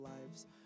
lives